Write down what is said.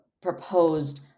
proposed